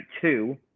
two